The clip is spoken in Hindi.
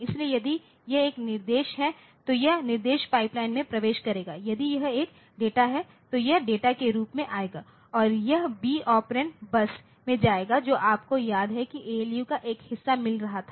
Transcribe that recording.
इसलिए यदि यह एक निर्देश है तो यह निर्देश पाइपलाइन में प्रवेश करेगा यदि यह एक डेटा है तो यह डेटा के रूप में आएगा और यह B ऑपरैंड बस में जाएगा जो आपको याद है कि ALU का एक हिस्सा मिल रहा था